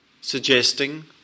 suggesting